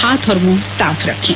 हाथ और मुंह साफ रखें